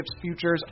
futures